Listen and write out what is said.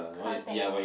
how's that